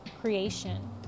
creation